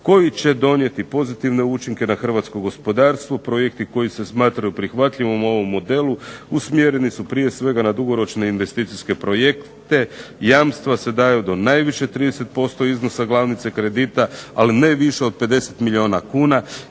koji će donijeti pozitivne učinke na hrvatsko gospodarstvo, projekti koji se smatraju prihvatljivim u ovom modelu usmjereni su prije svega na dugoročne investicijske projekte. Jamstva se daju do najviše 30% iznosa glavnice kredita, ali ne više od 50 milijuna kuna.